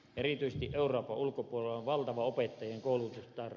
erityisesti euroopan ulkopuolella on valtava opettajien koulutustarve